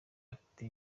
afite